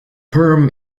perm